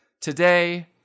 today